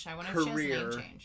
career